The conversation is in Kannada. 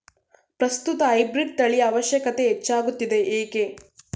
ಪ್ರಸ್ತುತ ಹೈಬ್ರೀಡ್ ತಳಿಯ ಅವಶ್ಯಕತೆ ಹೆಚ್ಚಾಗುತ್ತಿದೆ ಏಕೆ?